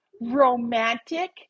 romantic